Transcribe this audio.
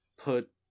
put